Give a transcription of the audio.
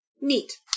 neat